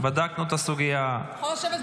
בדקנו את הסוגיה -- אתה יכול לשבת ביחד,